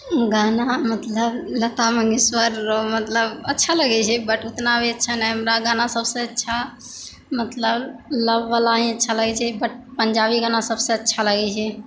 गाना मतलब लता मंगेशकर मतलब अच्छा लगै छै बट उतना भी अच्छा नहि हमरा गाना सबसँ अच्छा मतलब लववला ही अच्छा लगै छै बट पंजाबी गाना सबसँ अच्छा लगै छै